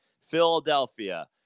philadelphia